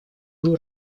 был